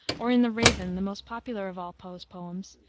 or in the raven, the most popular of all poe's poems,